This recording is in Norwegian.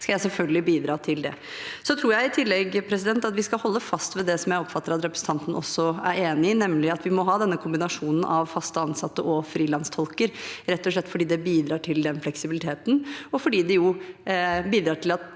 tror jeg at vi skal holde fast ved det som jeg oppfatter at representanten også er enig i, nemlig at vi må ha denne kombinasjonen av fast ansatte og frilanstolker, rett og slett fordi det bidrar til den fleksibiliteten, og fordi det jo bidrar til at